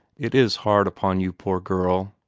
it is hard upon you, poor girl.